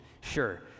sure